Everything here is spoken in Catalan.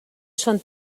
són